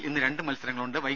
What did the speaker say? എല്ലിൽ ഇന്ന് രണ്ട് മത്സരങ്ങളുണ്ട്